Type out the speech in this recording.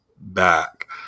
back